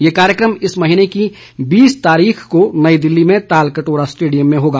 यह कार्यक्रम इस महीने की बीस तारीख को नई दिल्ली में तालकटोरा स्टेडियम में होगा